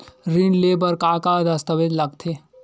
ऋण ले बर का का दस्तावेज लगथे?